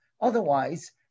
Otherwise